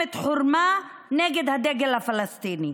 מלחמת חורמה נגד הדגל הפלסטיני.